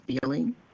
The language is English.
feeling